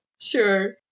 sure